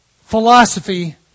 philosophy